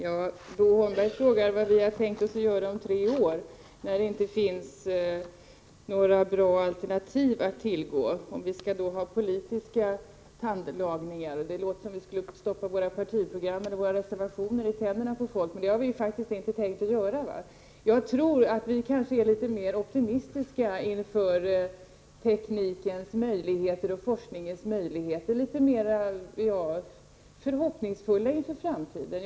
Herr talman! Bo Holmberg frågade vad vi skulle göra om tre år om det då inte finns några alternativ att tillgå, och om vi då skall ha politiska tandlagningar. Det låter som om vi skulle stoppa våra partiprogram eller reservationer i tänderna på folk, men det har vi faktiskt inte tänkt göra. Vi är kanske litet mer optimistiska inför teknikens och forskningens möjligheter och litet mer förhoppningsfulla inför framtiden.